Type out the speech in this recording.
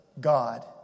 God